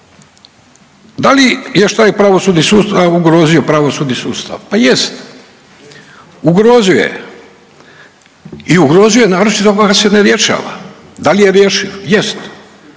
Da li je taj pravosudni sustav ugrozio pravosudni sustav? Pa jest ugrozio je i ugrozio je naročito pa ga se ne rješava. Da li je rješiv? Jest.